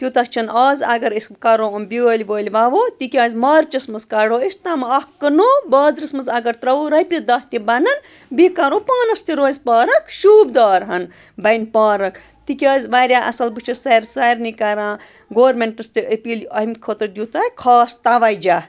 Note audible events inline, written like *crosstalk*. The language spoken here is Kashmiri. تیوٗتاہ چھَنہٕ آز اگر أسۍ کَرو یِم بیٛٲلۍ ویٛٲلۍ وَوو تِکیٛازِ مارچَس منٛز کَڑو أسۍ تِم اَکھ کٕنو بازرَس منٛز اگر ترٛاوو رۄپیہِ دَہ تہِ بَنَن بیٚیہِ کَرو پانَس تہِ روزِ پارک شوٗبدارہَن بَنہِ پارک تِکیٛازِ واریاہ اَصٕل بہٕ چھَس *unintelligible* سارنی کَران گورمٮ۪نٛٹَس تہِ اپیٖل اَمہِ خٲطرٕ دِیِو تۄہہِ خاص تَوَجہ